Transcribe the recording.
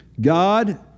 God